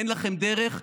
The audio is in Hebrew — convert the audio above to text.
אין לכם דרך,